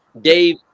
Dave